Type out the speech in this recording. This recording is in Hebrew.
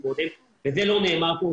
וזה לא נאמר כאן,